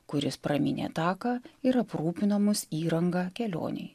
kuris pramynė taką ir aprūpino mus įranga kelionei